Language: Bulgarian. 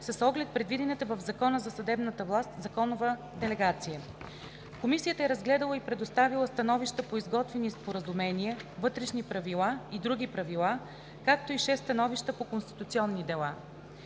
с оглед предвидената в Закона за съдебната власт законова делегация. Комисията е разгледала и предоставила становища по изготвени споразумения, вътрешни и други правила, както и 6 становища по конституционни дела.